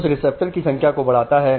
यह रिसेप्टर्स की संख्या को बढ़ाता है